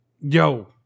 Yo